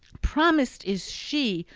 promised is she,